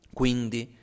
quindi